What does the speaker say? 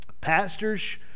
pastors